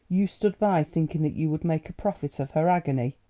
you stood by thinking that you would make a profit of her agony.